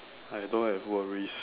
I don't have worries